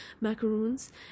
macaroons